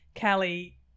Callie